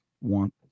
want